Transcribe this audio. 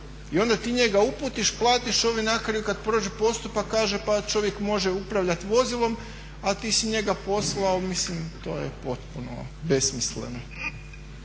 I onda ti njega uputiš, platiš i ovaj nakraju kada prođe postupak kaže pa čovjek može upravljati vozilom, a ti si njega poslao, mislim to je potpuno besmisleno.